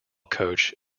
coach